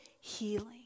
healing